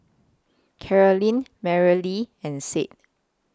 Carolyne Merrilee and Sid